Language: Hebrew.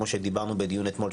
כמו שדיברנו בדיון אתמול,